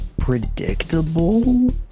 predictable